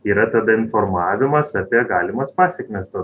yra tada informavimas apie galimas pasekmes to